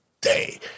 day